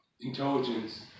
intelligence